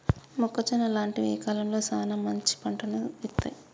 మొక్కజొన్న లాంటివి ఏ కాలంలో సానా మంచి పంటను ఇత్తయ్?